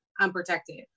unprotected